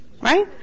right